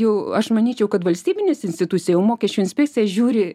jau aš manyčiau kad valstybinis institucija jau mokesčių inspekcija žiūri